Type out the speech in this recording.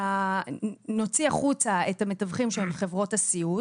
נוציא החוצה את המתווכים שהם חברות הסיעוד